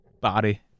body